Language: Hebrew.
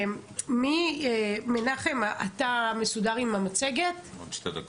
במצב הפוליטי הקיים.